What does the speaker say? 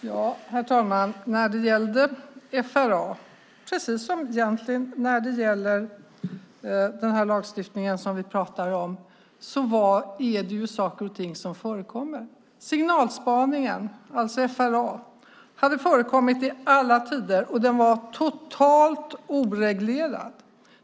Herr talman! När det gäller FRA var det saker och ting som förekom, precis som när det gäller den lagstiftning vi pratar om. Signalspaningen, alltså FRA, hade förekommit i alla tider, och den var totalt oreglerad.